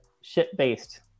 ship-based